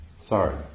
Sorry